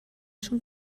són